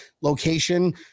location